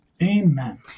Amen